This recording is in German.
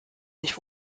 nicht